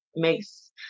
makes